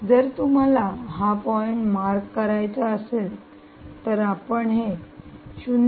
जर तुम्हाला हा पॉईंट मार्क करायचा असेल तर आपण हे 0